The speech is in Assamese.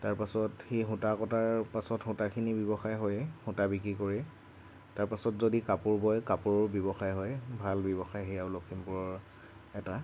তাৰপাছত সেই সূতা কটাৰ পাছত সূতাখিনি ব্যৱসায় হয় সূতা বিক্ৰী কৰি তাৰপাছত যদি কাপোৰ বয় কাপোৰ ব্যৱসায় হয় ভাল ব্যৱসায় সেয়াও লখিমপুৰৰ এটা